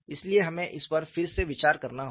इसलिए हमें इस पर फिर से विचार करना होगा